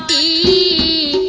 e